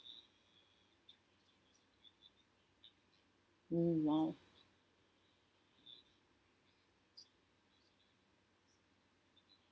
oh !wow!